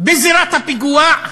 בזירת הפיגוע,